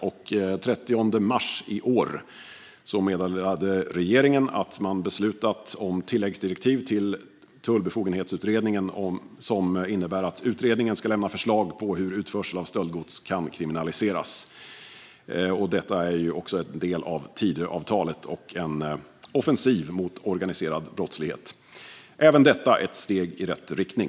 Den 30 mars i år meddelade regeringen att man beslutat om tilläggsdirektiv till Tullbefogenhetsutredningen, som innebär att utredningen ska lämna förslag på hur utförsel av stöldgods kan kriminaliseras. Det är en del av Tidöavtalet och en offensiv mot organiserad brottslighet - även detta ett steg i rätt riktning.